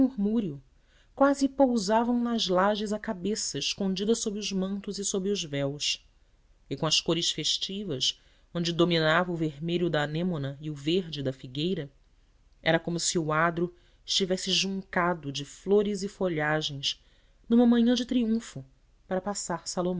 murmúrio quase pousavam nas lajes a cabeça escondida sob os mantos e sob os véus e com as cores festivas onde dominava o vermelho da anêmona e o verde da figueira era como se o adro estivesse juncado de flores e folhagens numa manhã de triunfo para passar